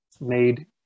made